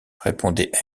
répondait